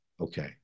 Okay